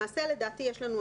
למעשה לדעתי יש לנו,